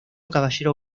caballero